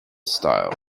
style